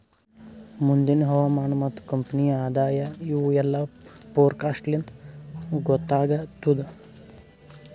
ಮುಂದಿಂದ್ ಹವಾಮಾನ ಮತ್ತ ಕಂಪನಿಯ ಆದಾಯ ಇವು ಎಲ್ಲಾ ಫೋರಕಾಸ್ಟ್ ಲಿಂತ್ ಗೊತ್ತಾಗತ್ತುದ್